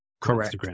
correct